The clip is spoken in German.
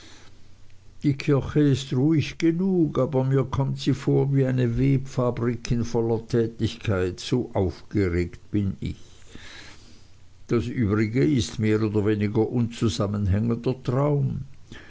die kirche ist ruhig genug aber mir kommt sie vor wie eine webfabrik in voller tätigkeit so aufgeregt bin ich das übrige ist ein mehr oder weniger unzusammenhängender traum